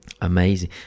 Amazing